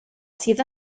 sydd